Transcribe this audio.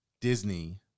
Disney